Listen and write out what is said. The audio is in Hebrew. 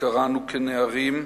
שקראנו כנערים,